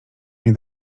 mnie